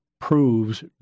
proves